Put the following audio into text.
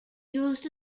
used